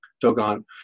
Dogon